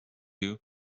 you